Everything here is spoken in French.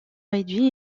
réduits